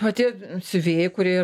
na tie siuvėjai kurie